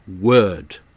word